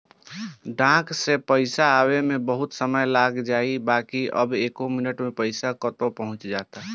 डाक से पईसा आवे में बहुते समय लाग जाए बाकि अब एके मिनट में पईसा कतो पहुंच जाता